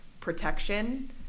protection